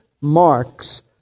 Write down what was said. marks